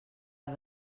els